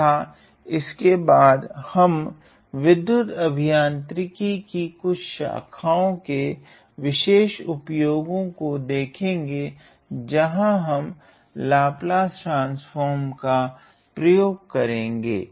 तथा इसके बाद हम विद्धुत अभियांत्रिकी कि कुछ शाखा के विशेष उपयोगों को देखेगे जहां हम लाप्लास ट्रान्स्फ़ोर्म का प्रयोग करेगे